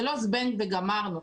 זה לא זבנג וגמרנו.